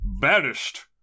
Banished